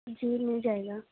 جی مل جائے گا